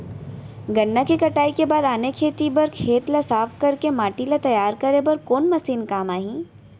गन्ना के कटाई के बाद आने खेती बर खेत ला साफ कर के माटी ला तैयार करे बर कोन मशीन काम आही?